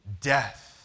death